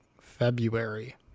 february